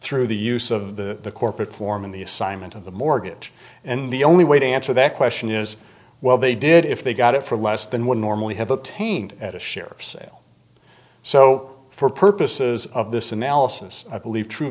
through the use of the corporate form in the assignment of the mortgage and the only way to answer that question is well they did if they got it for less than would normally have obtained at a sheriff's sale so for purposes of this analysis i believe true